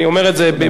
אני אומר את זה,